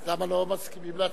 אז למה הם לא מסכימים להצעה?